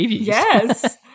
Yes